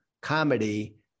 comedy